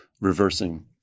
reversing